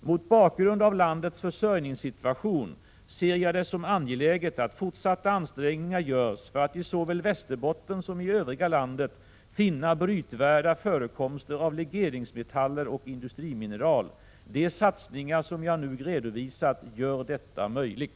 Mot bakgrund av landets försörjningssituation ser jag det som angeläget att fortsatta ansträngningar görs för att såväl i Västerbotten som i övriga landet finna brytvärda förekomster av legeringsmetaller och industrimineral. De satsningar som jag nu redovisat gör detta möjligt.